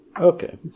Okay